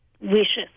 wishes